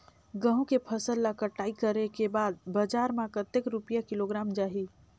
गंहू के फसल ला कटाई करे के बाद बजार मा कतेक रुपिया किलोग्राम जाही?